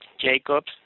Jacobs